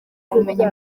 kumenya